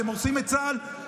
אתם הורסים את צה"ל,